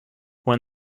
won